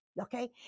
okay